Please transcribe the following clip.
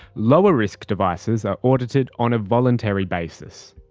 lower risk devices are audited on a voluntary basis.